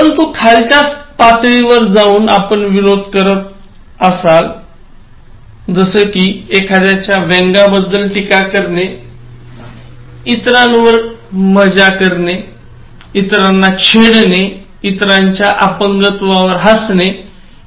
परंतु खालच्या स्तरावर जाऊन आपण विनोद करत असलो जसे कि एखाद्याच्या व्यंगाबद्दल टीका करणेइतरांवर मजा करणे इतरांना छेडणे इतरांच्या अपंगत्वावर हसणे